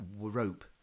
rope